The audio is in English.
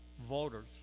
voters